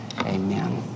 Amen